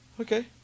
Okay